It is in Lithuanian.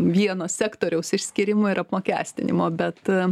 vieno sektoriaus išskyrimo ir apmokestinimo bet